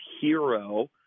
hero